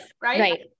Right